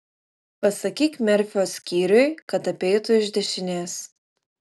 pasakyk merfio skyriui kad apeitų iš dešinės